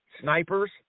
snipers